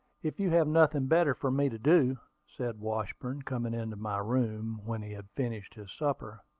if you have nothing better for me to do, said washburn, coming into my room when he had finished his supper.